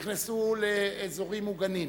נכנסו לאזורים מוגנים.